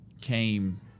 came